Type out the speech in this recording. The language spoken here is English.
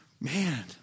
Man